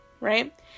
Right